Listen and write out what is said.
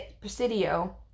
Presidio